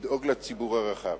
לדאוג לציבור הרחב.